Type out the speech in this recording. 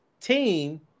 team